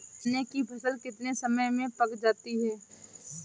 चने की फसल कितने समय में पक जाती है?